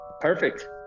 perfect